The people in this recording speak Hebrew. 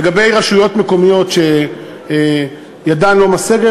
לגבי רשויות מקומיות שידן אינה משגת,